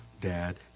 Dad